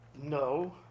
No